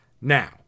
Now